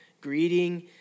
Greeting